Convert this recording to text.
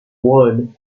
one